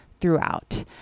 throughout